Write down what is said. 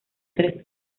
tres